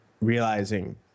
realizing